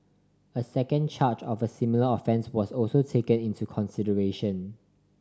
a second charge of a similar offence was also taken into consideration